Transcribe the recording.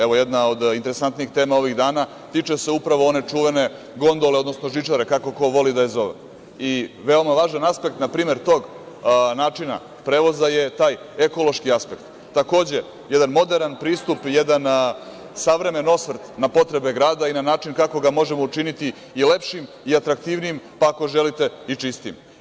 Evo, jedna od interesantnih tema ovih dana, tiče se upravo one čuvene gondole, odnosno žičare kako ko voli da je zove i veoma važan aspekt, na primer, tog način prevoza je taj ekološki aspekt, takođe jedan moderan pristup, jedan savremen osvrt na potrebe grada i način kako ga možemo učiniti i lepšim i atraktivnijim, pa ako želite i čistijim.